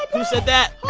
who said that?